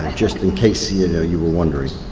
just in case you know you were wondering.